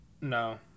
No